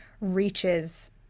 reaches